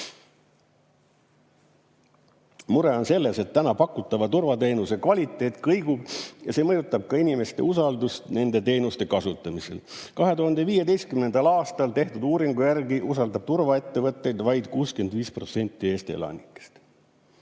"Mure on selles, et täna pakutavate turvateenuste kvaliteet kõigub ja see mõjutab ka inimeste usaldust nende teenuste kasutamisel. 2015. aastal tehtud uuringu järgi usaldab turvaettevõtteid vaid 65 protsenti Eesti elanikest."